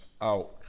out